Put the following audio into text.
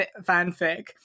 fanfic